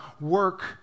work